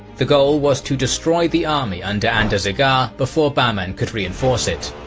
the goal was to destroy the army under andarzaghar before bahman could reinforced it.